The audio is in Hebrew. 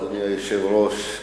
אדוני היושב-ראש,